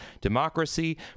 democracy